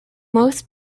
most